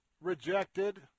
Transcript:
rejected